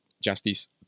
justice